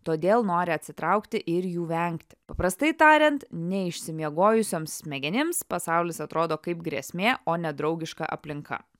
todėl nori atsitraukti ir jų vengti paprastai tariant neišsimiegojusioms smegenims pasaulis atrodo kaip grėsmė o ne draugiška aplinka